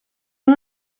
non